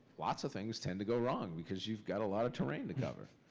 lots of things tend to go wrong, because you've got a lot of terrain to cover.